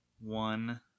One